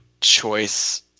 choice